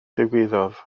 ddigwyddodd